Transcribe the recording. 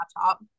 laptop